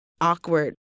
awkward